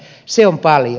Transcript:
se on paljon